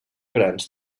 grans